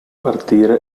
partire